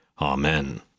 Amen